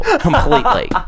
completely